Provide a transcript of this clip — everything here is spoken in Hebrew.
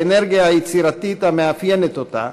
לאנרגיה היצירתית המאפיינת אותה,